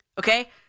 Okay